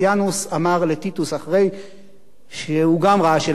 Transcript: לטיטוס אחרי שגם הוא ראה שלכסף אין ריח,